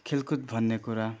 खेलकुद भन्ने कुरा